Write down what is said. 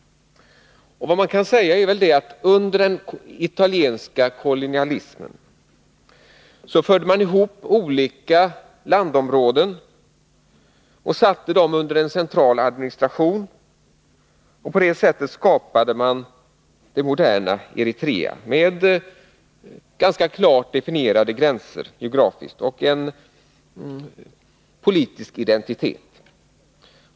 Vad man kan säga är väl att under den italienska kolonialismen förde man ihop olika landområden och satte dem under en central administration. På det sättet skapade man det moderna Eritrea med ganska klart definierade geografiska gränser och en politisk identitet.